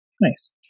Nice